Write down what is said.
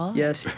Yes